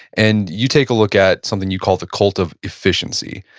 and you take a look at something you call the cult of efficiency.